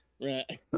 right